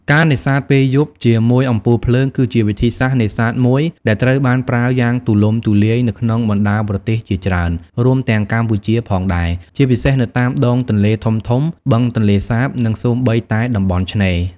ការនេសាទពេលយប់ជាមួយអំពូលភ្លើង គឺជាវិធីសាស្រ្តនេសាទមួយដែលត្រូវបានប្រើយ៉ាងទូលំទូលាយនៅក្នុងបណ្តាប្រទេសជាច្រើន រួមទាំងកម្ពុជាផងដែរ ជាពិសេសនៅតាមដងទន្លេធំៗ បឹងទន្លេសាប និងសូម្បីតែតំបន់ឆ្នេរ។។